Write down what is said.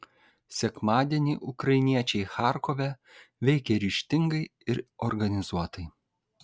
sekmadienį ukrainiečiai charkove veikė ryžtingai ir organizuotai